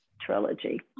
trilogy